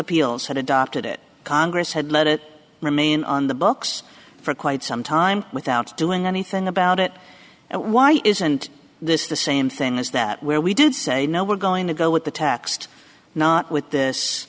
appeals had adopted it congress had let it remain on the books for quite some time without doing anything about it why isn't this the same thing as that where we did say no we're going to go with the taxed not with this